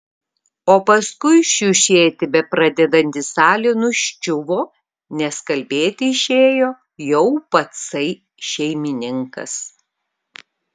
o paskui šiušėti bepradedanti salė nuščiuvo nes kalbėti išėjo jau patsai šeimininkas